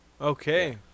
Okay